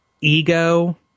ego